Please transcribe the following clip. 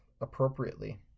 appropriately